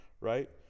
right